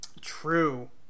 True